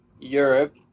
Europe